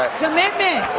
commitment.